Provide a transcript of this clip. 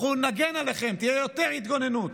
אנחנו נגן עליכם, תהיה יותר התגוננות,